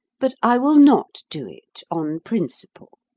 but i will not do it, on principle.